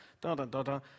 da-da-da-da